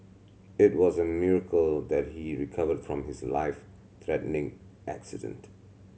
it was a miracle that he recovered from his life threatening accident